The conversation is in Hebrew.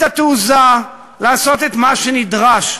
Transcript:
ואת התעוזה לעשות את מה שנדרש,